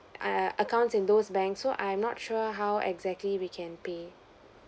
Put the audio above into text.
err accounts in those bank so I'm not sure how exactly we can pay